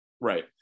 right